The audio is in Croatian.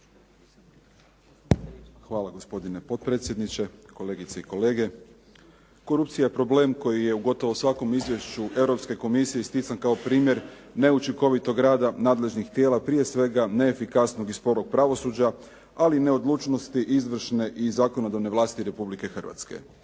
Hvala, gospodine potpredsjedniče. Kolegice i kolege. Korupcija je problem koji je u gotovo svakom izvješću Europske komisije istican kao primjer neučinkovitog rada nadležnih tijela, prije svega neefikasnog i sporog pravosuđa, ali i neodlučnosti izvršne i zakonodavne vlasti Republike Hrvatske.